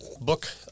book